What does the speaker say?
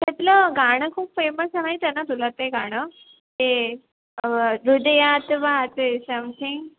त्याचलं गाणं खूप फेमस आहे माहिती आहे ना तुला ते गाणं ते ह्रदयात वाजे सॅमथिंग